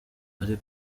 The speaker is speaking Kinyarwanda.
ari